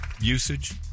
usage